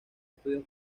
estudios